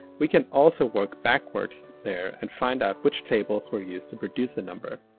we can also work backwards there and find out which tables were used to produce the number.